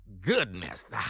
Goodness